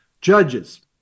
judges